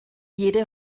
jede